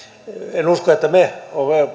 en usko että me